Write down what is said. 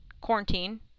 quarantine